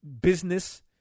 business